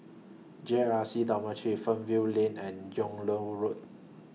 J R C Dormitory Fernvale Lane and Yung Loh Road